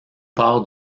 part